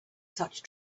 such